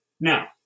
Now